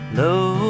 low